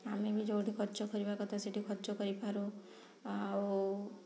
ଆମେ ବି ଯେଉଁଠି ଖର୍ଚ୍ଚ କରିବା କଥା ସେଇଠି ଖର୍ଚ୍ଚ କରିପାରୁ ଆଉ